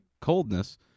coldness